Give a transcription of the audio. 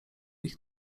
ich